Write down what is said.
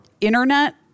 internet